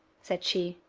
said she,